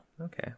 Okay